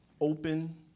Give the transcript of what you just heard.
open